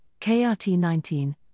KRT19